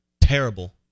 terrible